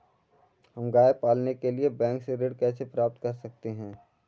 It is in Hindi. हम गाय पालने के लिए बैंक से ऋण कैसे प्राप्त कर सकते हैं?